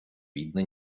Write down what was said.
видно